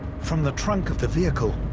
from the trunk of the vehicle,